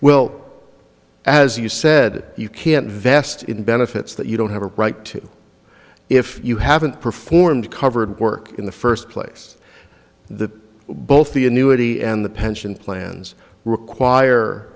well as you said you can't vested in benefits that you don't have a right to if you haven't performed covered work in the first place the both the annuity and the pension plans require